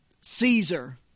caesar